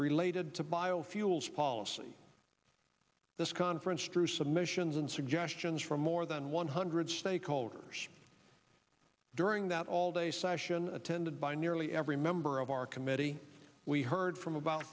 related to biofuels policy this conference true submissions and suggestions from more than one hundred stakeholders during that all day session attended by nearly every member of our committee we heard from about